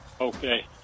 Okay